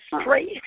straight